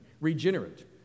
Regenerate